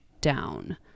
down